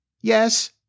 Yes